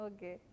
Okay